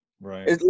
Right